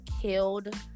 killed